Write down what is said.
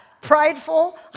Prideful